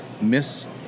miss